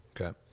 Okay